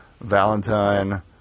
Valentine